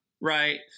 right